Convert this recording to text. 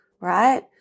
right